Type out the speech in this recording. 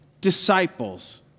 disciples